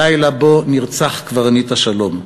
לילה שבו נרצח קברניט השלום.